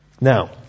Now